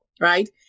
right